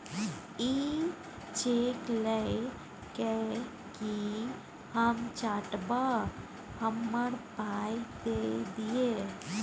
इ चैक लए कय कि हम चाटब? हमरा पाइ दए दियौ